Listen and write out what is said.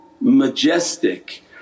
majestic